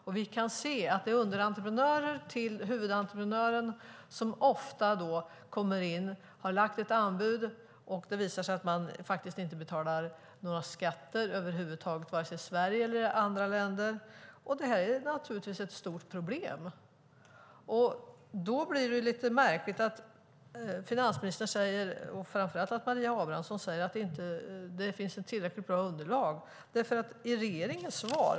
Det har visat sig att när huvudentreprenören har lagt ett anbud är det ofta så att underentreprenören inte betalar några skatter över huvud taget vare sig i Sverige eller i några andra länder. Det här är naturligtvis ett stort problem. Det blir lite märkligt att finansministern, och framför allt Maria Abrahamsson, säger att det inte finns ett tillräckligt bra underlag.